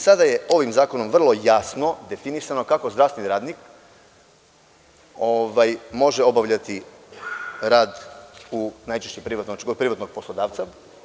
Sada je ovim zakonom vrlo jasno definisano kako zdravstveni radnik, može obavljati rad kod privatnog poslodavca.